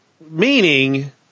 meaning